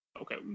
Okay